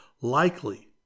likely